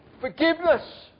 forgiveness